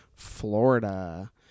florida